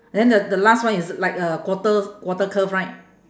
and then the the last one is like a quarter quarter curve right